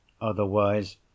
Otherwise